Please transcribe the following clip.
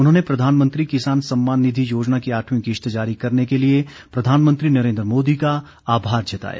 उन्होंने प्रधानमंत्री किसान सम्ममान निधि योजना की आठवीं किस्त जारी करने के लिए प्रधानमंत्री नरेन्द्र मोदी का आभार जताया